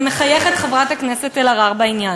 מחייכת חברת הכנסת אלהרר בעניין.